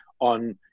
on